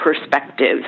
perspectives